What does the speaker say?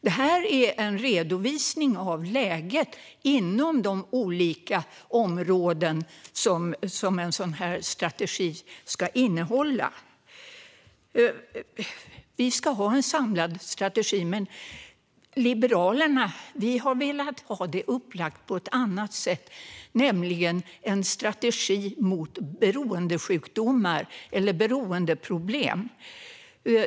Det här är en redovisning av läget inom de olika områden som en sådan strategi ska omfatta. Vi ska ha en samlad strategi, men från Liberalernas sida har vi velat ha den upplagd på ett annat sätt, nämligen som en strategi mot beroendesjukdomar eller beroendeproblem.